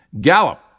Gallup